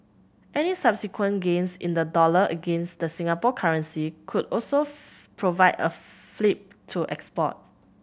any subsequent gains in the dollar against the Singapore currency could also provide a fillip to exports